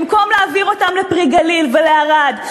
במקום להעביר אותם ל"פרי הגליל" ולערד,